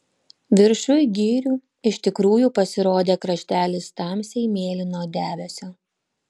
viršuj girių iš tikrųjų pasirodė kraštelis tamsiai mėlyno debesio